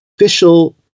official